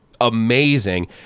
amazing